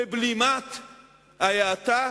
לבלימת ההאטה,